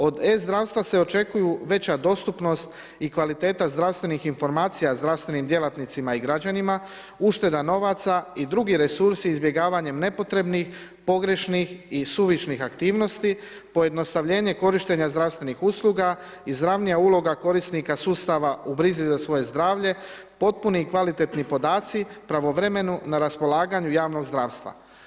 Od e zdravstva se očekuju veća dostupnost i kvaliteta zdravstvenih informacija zdravstvenim djelatnicima i građanima, ušteda novaca i drugi resursi izbjegavanjem nepotrebnih, pogrešnih i suvišnih aktivnosti, pojednostavljenje korištenja zdravstvenih usluga, izravnija uloga korisnika sustava u brizi za svoje zdravlje, potpuni i kvalitetni podaci pravovremeno na raspolaganju javnog zdravstva.